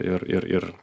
ir ir ir